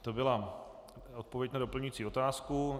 To byla odpověď na doplňující otázku.